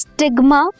Stigma